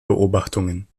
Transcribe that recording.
beobachtungen